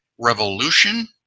revolution